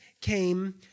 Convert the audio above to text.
came